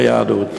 מידה של ביהדות?